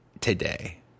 today